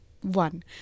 one